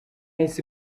yahise